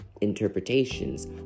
interpretations